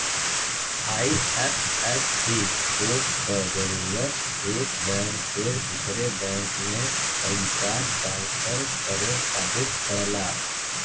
IFSC code क जरूरत एक बैंक से दूसरे बैंक में पइसा ट्रांसफर करे खातिर पड़ला